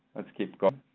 let s keep going.